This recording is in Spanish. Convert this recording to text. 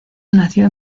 nació